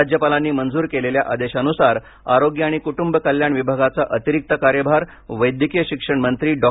राज्यपालांनी मंजूर केलेल्या आदेशानुसार आरोग्य आणि कुटुंब कल्याण विभागाचा अतिरिक्त कार्यभार वैद्यकीय शिक्षणमंत्री डॉ